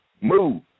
Move